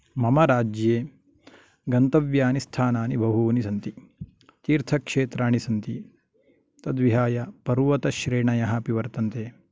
मम राज्ये गन्तव्यानि स्थानानि बहुनि सन्ति तिर्थक्षेत्राणि सन्ति तद् विहाय पर्वतश्रेणयः अपि वर्तन्ते